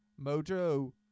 Mojo